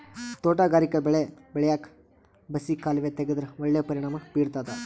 ತೋಟಗಾರಿಕಾ ಬೆಳೆ ಬೆಳ್ಯಾಕ್ ಬಸಿ ಕಾಲುವೆ ತೆಗೆದ್ರ ಒಳ್ಳೆ ಪರಿಣಾಮ ಬೀರ್ತಾದ